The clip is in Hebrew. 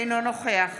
אינו נוכח